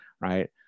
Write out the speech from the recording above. right